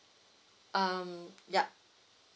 um yup